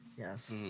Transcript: Yes